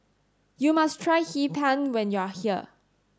you must try Hee Pan when you are here